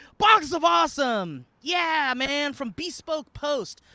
box of awesome! yeah, man! from bespoke post.